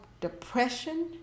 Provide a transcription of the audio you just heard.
depression